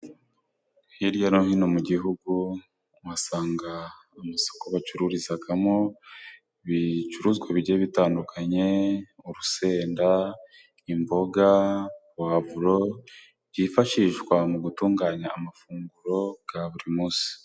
Hirya no hino mu gihugu, uhasanga amasoko bacururizamo ibicuruzwa bigiye bitandukanye . Urusenda, imboga, puwavuro ,byifashishwa mu gutunganya amafunguro ya buri munsi.